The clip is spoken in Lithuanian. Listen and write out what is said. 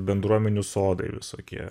bendruomenių sodai visokie